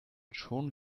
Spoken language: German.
schon